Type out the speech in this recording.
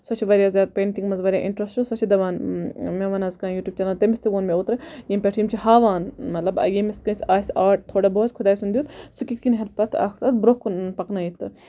سۄ چھِ واریاہ زیاد پینٹِنٛگ مَنٛز واریاہ اِنٹرسٹِڈ سۄ چھِ دَوان مےٚ ون حظ کانٛہہ یوٗٹیوٗب چَنَل تٔمِس تہِ ووٚن مےٚ اوترٕ ییٚمہِ پیٚٹھ یِم چھِ ہاوان مَطلَب ییٚمِس کٲنٛسہِ آسہِ آٹ تھوڑا بہت خوٚداے سُنٛد دیُت سُہ کِتھ کنۍ ہیٚکہِ پَتہٕ اَکھ تتھ برونٛہہ کُن پَکنٲوِتھ